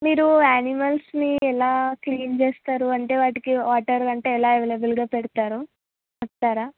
మీరు యానిమల్స్ని ఎలా క్లీన్ చేస్తారు అంటే వాటికి వాటర్ అంటే ఎలా అవైలబుల్గా పెడతారు చెప్తారా